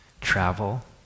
travel